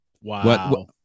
Wow